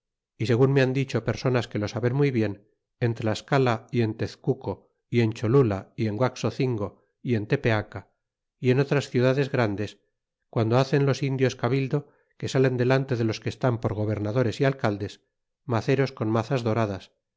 y segun me han dicho personas que lo saben muy bien en t'asesta y en tezcuco y en cholula y en guaxocingo y en tepeaca y en otras ciudades grandes guando hacen los indios cabildo que salen delante de los que están por gobernadores y alcaldes maceros con mazas doradas